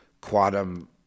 quantum